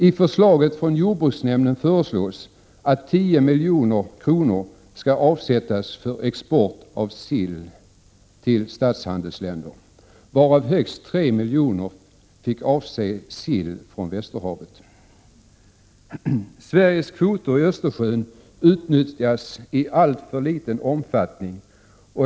I förslaget från jordbruksnämnden föreslås att 10 milj.kr. skall avsättas för export av sill till statshandelsländer varav högst 3 milj.kr. får avse sill från Västerhavet. Sveriges kvoter i Östersjön utnyttjas i alltför liten omfattning.